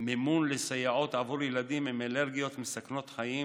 מימון לסייעות עבור ילדים עם אלרגיות מסכנות חיים